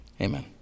Amen